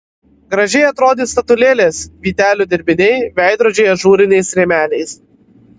gražiai atrodys statulėlės vytelių dirbiniai veidrodžiai ažūriniais rėmeliais